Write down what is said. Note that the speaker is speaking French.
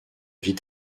vie